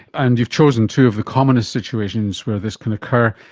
and you've chosen two of the commonest situations where this can occur,